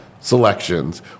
selections